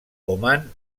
oman